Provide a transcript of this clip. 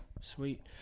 sweet